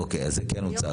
אוקיי, אז זה כן הוצג.